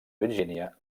virgínia